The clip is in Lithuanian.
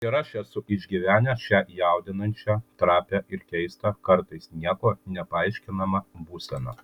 ir aš esu išgyvenęs šią jaudinančią trapią ir keistą kartais niekuo nepaaiškinamą būseną